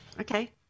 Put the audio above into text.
Okay